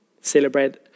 celebrate